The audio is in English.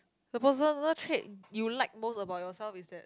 the personal trait you like most about yourself is that